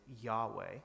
Yahweh